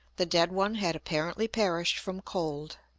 the dead one had apparently perished from cold.